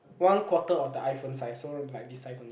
one quarter of the iPhone size so like this size only